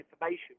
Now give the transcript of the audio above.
information